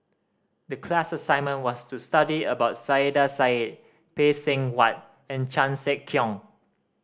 the class assignment was to study about Saiedah Said Phay Seng Whatt and Chan Sek Keong